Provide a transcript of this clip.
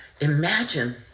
imagine